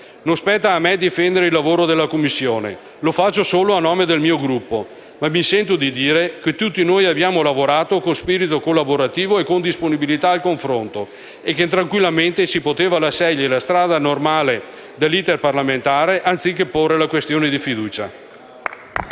Non spetta a me difendere il lavoro della Commissione, lo faccio solo a nome del mio Gruppo, ma mi sento di dire che tutti noi abbiamo lavorato con spirito collaborativo e con disponibilità al confronto e che tranquillamente si poteva scegliere la strada del normale *iter* parlamentare anziché porre la questione di fiducia.